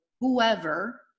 whoever